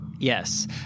Yes